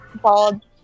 bald